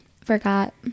forgot